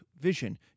vision